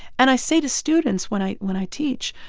and i say to students when i when i teach,